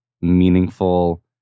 meaningful